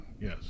Yes